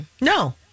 No